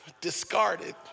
discarded